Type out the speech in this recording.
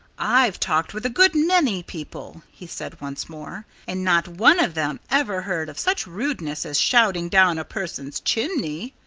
i've talked with a good many people, he said once more, and not one of them ever heard of such rudeness as shouting down a person's chimney.